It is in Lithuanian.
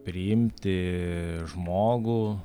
priimti žmogų